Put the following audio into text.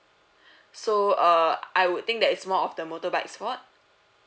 so uh I would think that is more of the motorbike's fault